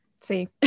See